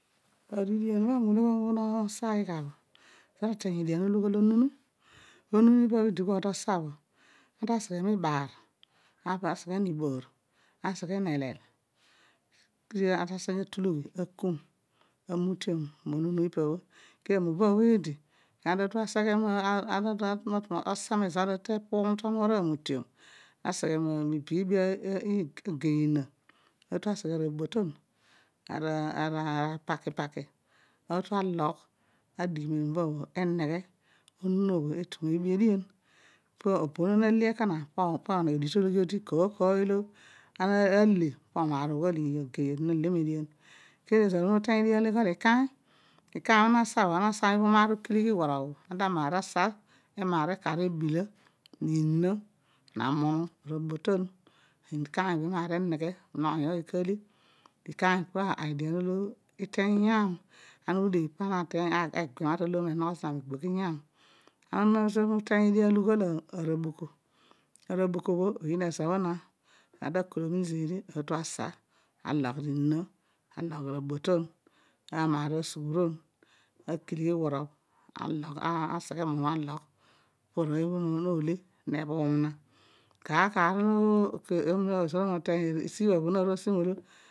Ari edian obho ani ulogho mobho mosaay gba bho ezoor oteeny edian olo ughol onunu onunu ipal did bua to sa bho tosigh miibaar aseghe niiboor aseghe neelel kedio ara ta aseghe atuiughi akum amutiom onunu opabho kedioamabobh eedi kedio ana tatu aseghe amute aseghe miibi iibi agei ina atu aseghe maboton na ara apakipalei atu alogh adighi ma amabobh obho emel onu bho etu miibi edian ikaany bho emaar eneghe molo oony ooy kale ikaany edian olo iteeny iyaan ezo bho egomaan ta aloor onuma ana dua to esi opo bho peezoor umina uteeny edia olo ughol araboko araboko oyiin ezo bho na ana ta kolomi zeedi atu asa alogh ni ina alogh eboton asa asughuron akir worobh aseghe mnnu alogh pa arooy obho le neebhum kar ilo ana uteeny ebha bho naru asi molo